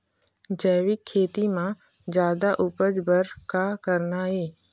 जैविक खेती म जादा उपज बर का करना ये?